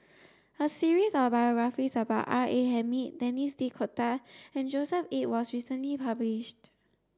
a series of biographies about R A Hamid Denis D'Cotta and Joshua Ip was recently published